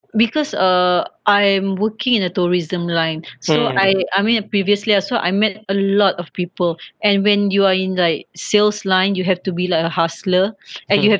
because uh I'm working in the tourism line so I I mean previously ah so I met a lot of people and when you are in like sales line you have to be like a hustler and you have